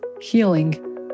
healing